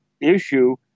issue